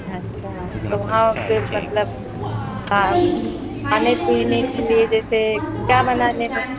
अच्छा तो वहाँ से मतलब खा खाने पीने के लिए जैसे क्या बनाने हैं